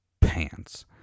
pants